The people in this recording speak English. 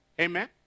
Amen